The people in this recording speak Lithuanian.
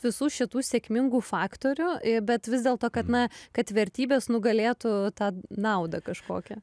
visų šitų sėkmingų faktorių bet vis dėlto kad na kad vertybės nugalėtų tą naudą kažkokią